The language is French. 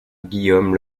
guillaume